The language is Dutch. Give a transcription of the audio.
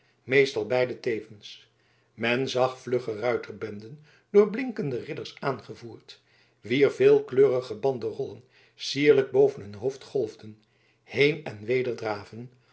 meestal beide tevens men zag vlugge ruiterbenden door blinkende ridders aangevoerd wier veelkleurige banderollen sierlijk boven hun hoofd golfden heen en weder draven